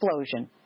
explosion